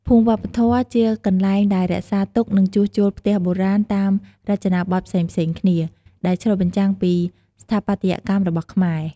ភូមិវប្បធម៌ជាកន្លែងដែលរក្សាទុក និងជួសជុលផ្ទះបុរាណតាមរចនាបថផ្សេងៗគ្នា ដែលឆ្លុះបញ្ចាំងពីស្ថាបត្យកម្មរបស់ខ្មែរ។